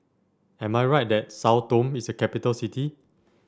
am I right that Sao Tome is a capital city